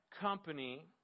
company